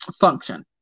function